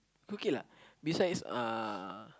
okay lah besides uh